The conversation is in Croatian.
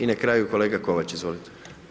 I na kraju, kolega Kovač, izvolite.